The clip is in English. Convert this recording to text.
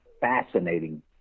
fascinating